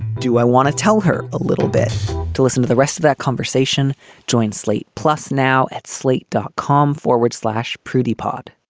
do i want to tell her a little bit to listen to the rest of that conversation join slate plus now at slate dot com forward slash pretty spot